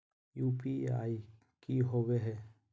UPI की होबो है?